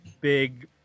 big